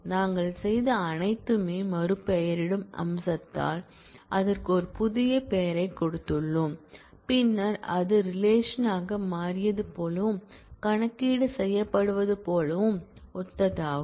நாங்கள் செய்த அனைத்துமே மறுபெயரிடும் அம்சத்தால் அதற்கு ஒரு புதிய பெயரைக் கொடுத்துள்ளோம் பின்னர் இது ஒரு ரிலேஷன் ஆக மாறியது போலவும் கணக்கீடு செய்யப்படுவது மீதமுள்ளதும் ஒத்ததாகும்